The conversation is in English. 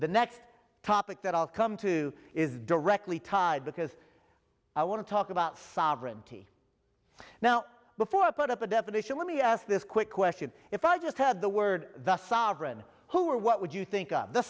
the next topic that i'll come to is directly tied because i want to talk about sovereignty now before i put up a definition let me ask this quick question if i just had the word the sovereign who or what would you think of the